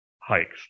hikes